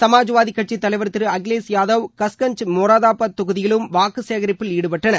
சமாஜ்வாதி கட்சித் தலைவர் திரு அகிலேஷ் யாதவ் கஷ்கஞ்ச் மொரதாபாத் தொகுதியிலும் வாக்கு சேகரிப்பில் ஈடுபட்டார்